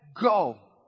go